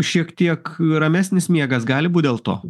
šiek tiek ramesnis miegas gali būt dėl to